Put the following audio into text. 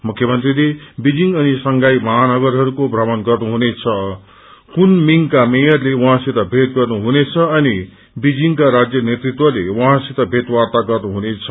मुख्यमंत्रीले बेजिङ अनि संघाई महानगरहरूमो थ्रमण गर्नुहुनेछ कुनमिङका मेयरले उहाँसित भेट गर्नुहुनेछ अनि बेजिङका राज्य नेतृत्वले उहाँसित भगटवार्ता गर्नुहुनेछ